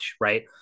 right